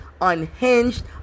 unhinged